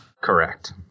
correct